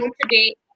today